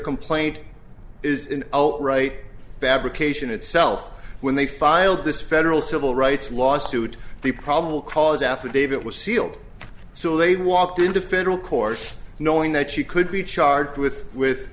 complaint is an outright fabrication itself when they filed this federal civil rights lawsuit the probable cause affidavit was sealed so they walked into federal court knowing that she could be charged with with